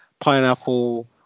pineapple